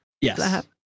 Yes